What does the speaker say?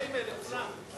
באימייל לכולם.